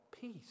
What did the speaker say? peace